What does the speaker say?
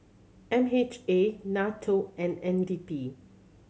M H A NATO and N D P